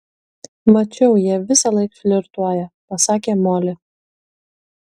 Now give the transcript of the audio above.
mačiau jie visąlaik flirtuoja pasakė moli